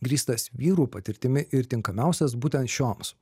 grįstas vyrų patirtimi ir tinkamiausias būtent šioms